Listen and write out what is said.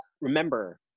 remember